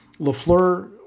Lafleur